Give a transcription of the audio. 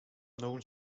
known